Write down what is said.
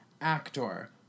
actor